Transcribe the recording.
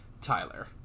Tyler